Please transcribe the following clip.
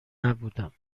نبودم